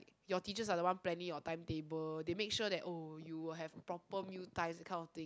your teachers are the one planning your timetable they make sure that oh you will have proper meal time that kind of thing